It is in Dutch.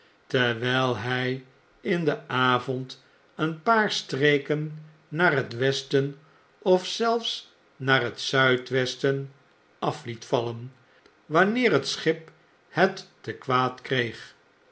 terwijl hg in den avond een paar streken naar het westen of zelfs naar het zuid-westen af liet vallen wanneer het schip het te kwaad kreeg